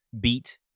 beat